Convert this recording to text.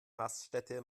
raststätte